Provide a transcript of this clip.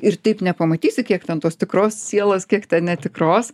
ir taip nepamatysi kiek ten tos tikros sielos kiek ten netikros